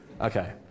Okay